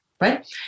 right